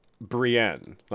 Brienne